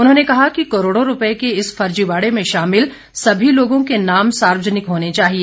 उन्होंने कहा कि करोड़ों रूपए के इस फर्जीवाड़े में शामिल सभी लोगों के नाम सार्वजनिक होने चाहिए